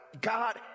God